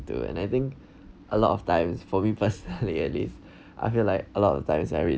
to and I think a lot of times for me personally at least I feel like a lot of times I read